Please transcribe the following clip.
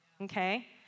okay